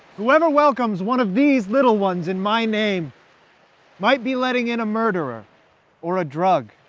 whoever welcomes one of these little ones in my name might be letting in a murderer or a drug.